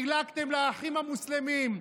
חילקתם לאחים המוסלמים,